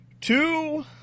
two